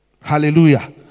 Hallelujah